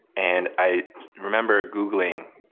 and i remember googling,